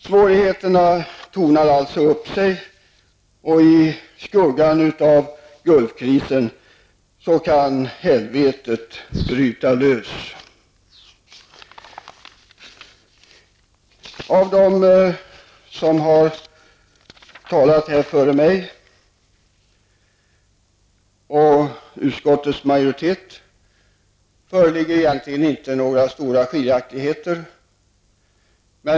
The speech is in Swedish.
Svårigheterna tornar upp sig, och i skuggan av Gulfkrisen kan helvetet bryta löst. Mellan dem som har talat här före mig och utskottsmajoriteten föreligger egentligen inte några stora meningsskiljaktigheter.